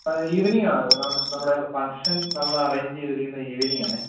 ആ ഈവനിങ്ങ് ആണ് നമ്മുടെ ഫംഗ്ഷൻ നമ്മൾ അറേഞ്ച് ചെയ്തിരിക്കുന്നത് ഈവനിങ്ങ് ആണെങ്കിൽ